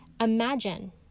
Imagine